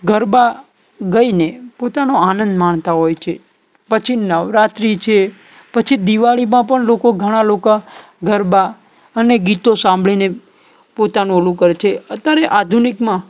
ગરબા ગઈને પોતાનો આનંદ માણતા હોય છે પછી નવરાત્રિ છે પછી દિવાળીમાં પણ લોકો ઘણા લોકા ગરબા અને ગીતો સાંભળીને પોતાનું અનુ કરે છે અત્યારે આધુનિકમાં